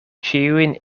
ĉiujn